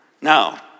Now